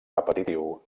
repetitiu